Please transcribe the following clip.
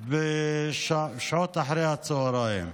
בשעות אחר הצוהריים.